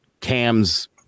Cam's